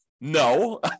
No